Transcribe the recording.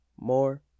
more